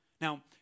Now